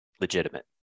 legitimate